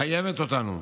מחייבת אותנו,